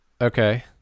Okay